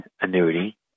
annuity